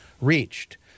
reached